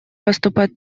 поступать